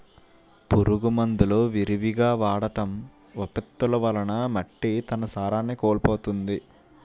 పురుగు మందులు విరివిగా వాడటం, విపత్తులు వలన మట్టి తన సారాన్ని కోల్పోతుంది